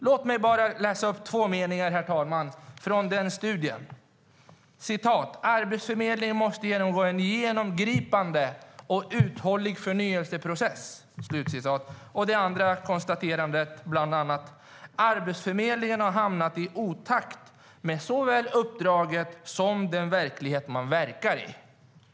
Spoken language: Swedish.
Låt mig bara läsa upp två meningar, herr talman, från den studien: Arbetsförmedlingen måste genomgå en genomgripande och uthållig förnyelseprocess. Ett annat konstaterande är: Arbetsförmedlingen har hamnat i otakt med såväl uppdraget som den verklighet man verkar i.